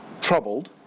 troubled